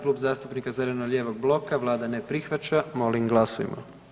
Klub zastupnika zeleno-lijevog bloka vlada ne prihvaća, molim glasujmo.